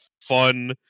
fun